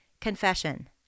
confession